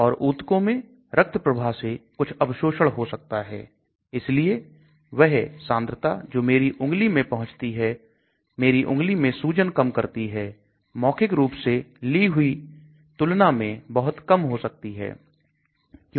और ऊतकों में रक्त प्रवाह से कुछ अवशोषण हो सकता है इसलिए वह सांद्रता जो मेरी उंगली में पहुंचती है मेरी उंगली में सूजन कम करती है मौखिक रूप से ली हुई की तुलना में बहुत बहुत कम हो सकती है